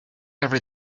every